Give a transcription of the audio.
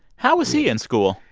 how was he in school?